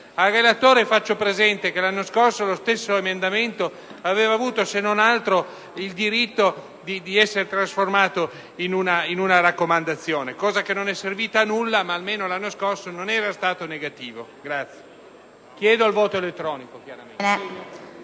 Al relatore faccio presente che l'anno scorso lo stesso emendamento aveva avuto, se non altro, il diritto ad essere trasformato in una raccomandazione. Ciò non è servito a nulla ma, almeno, l'anno scorso il parere non era stato negativo. Chiedo la votazione